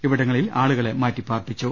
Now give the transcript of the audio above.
ഇവിടങ്ങളിൽ ആളുകളെ മാറ്റിപ്പാർപ്പിച്ചു